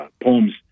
poems